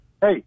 hey